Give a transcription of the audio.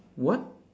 what